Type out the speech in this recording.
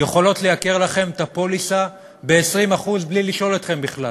יכולות לייקר לכם את כל הפוליסה ב-20% בלי לשאול אתכם בכלל.